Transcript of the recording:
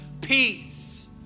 peace